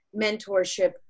mentorship